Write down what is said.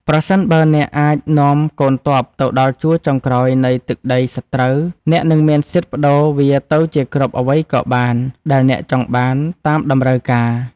ប្រសិនបើអ្នកអាចនាំកូនទ័ពទៅដល់ជួរចុងក្រោយនៃទឹកដីសត្រូវអ្នកនឹងមានសិទ្ធិប្តូរវាទៅជាគ្រាប់អ្វីក៏បានដែលអ្នកចង់បានតាមតម្រូវការ។